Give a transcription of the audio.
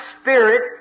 Spirit